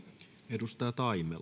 arvoisa